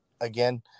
again